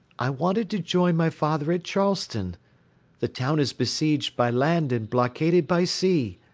i wanted to join my father at charleston the town is besieged by land and blockaded by sea.